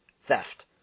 theft